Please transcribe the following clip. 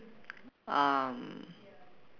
um